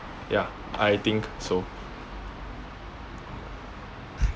ya I think so